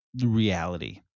reality